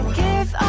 give